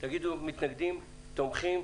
מתנגדים או תומכים.